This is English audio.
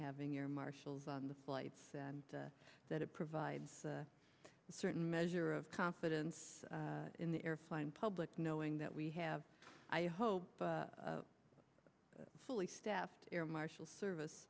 having your marshals on the flights and that it provides a certain measure of competence in the air flying public knowing that we have i hope fully staffed air marshal service